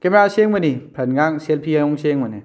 camera ꯁꯦꯡꯕꯅꯤ ꯐ꯭ꯔꯟꯠꯒꯥꯡ selfie ꯑꯗꯨꯝ ꯁꯦꯡꯕꯅꯦ